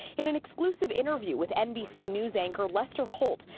in an exclusive interview with nbc news anchor lester holt,